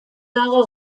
dago